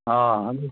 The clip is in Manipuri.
ꯑꯥ ꯑꯗꯨ